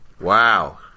wow